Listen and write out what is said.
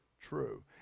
true